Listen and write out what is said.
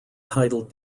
titled